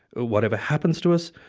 whatever happens to us,